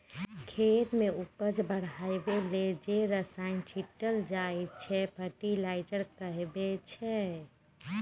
खेत मे उपजा बढ़ाबै लेल जे रसायन छीटल जाइ छै फर्टिलाइजर कहाबै छै